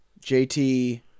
JT